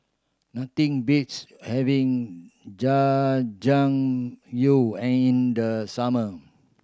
nothing beats having Jajangmyeon and in the summer